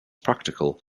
practical